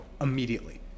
immediately